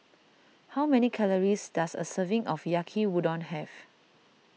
how many calories does a serving of Yaki Udon have